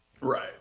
Right